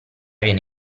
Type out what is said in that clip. viene